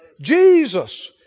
Jesus